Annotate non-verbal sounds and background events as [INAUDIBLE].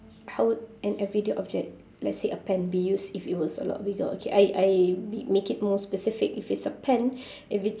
how would an everyday object let's say a pen be used if it was a lot bigger okay I I be make it more specific if it's a pen [BREATH] if it's